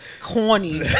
Corny